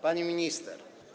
Pani Minister!